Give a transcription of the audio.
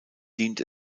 dient